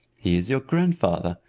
he is your grandfather,